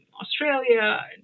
Australia